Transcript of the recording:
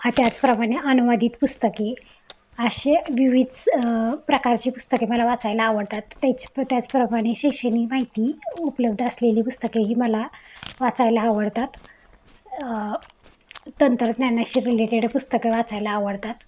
हां त्याचप्रमाणे अनुवादित पुस्तके असे विविध प्रकारची पुस्तके मला वाचायला आवडतात त्याच त्याचप्रमाणे शैक्षणिक माहिती उपलब्ध असलेली पुस्तकेही मला वाचायला आवडतात तंत्रज्ञानाशी रिलेटेड पुस्तकं वाचायला आवडतात